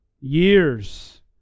years